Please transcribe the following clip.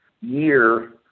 year